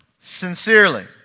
sincerely